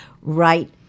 right